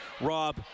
Rob